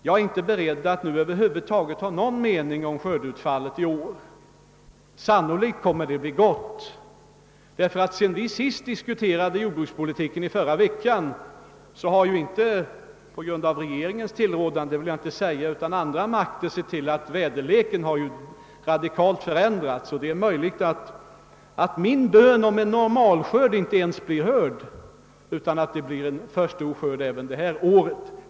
Jag är inte beredd att nu ha någon mening om skördeutfallet i år — sannolikt kommer det att bli gott. Sedan vi förra veckan diskuterade jordbrukspolitiken har — inte på grund av regeringens åtgärder men tack vare andra makter — läget förbättrats. Vädret har undergått en radikal förändring, och det är möjligt att min bön om en normalskörd inte bara blir hörd utan att skörden blir stor även i år.